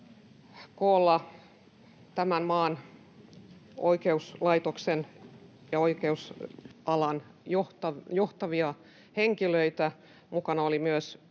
koolla tämän maan oikeuslaitoksen ja oikeusalan johtavia henkilöitä. Mukana oli myös